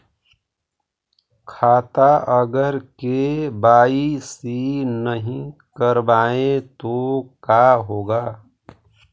खाता अगर के.वाई.सी नही करबाए तो का होगा?